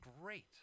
great